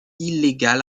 illégal